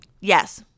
Yes